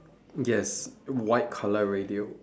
yes white color radio